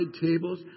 tables